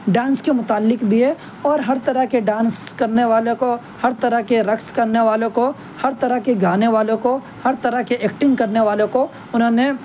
dance کے متعلق بھی ہیں اور ہر طرح کے ڈانس کرنے والوں کو ہر طرح کے رقص کرنے والوں کو ہر طرح کے گانے والوں کو ہر طرح کی ایکٹنیگ کرنے والوں کو انہوں نے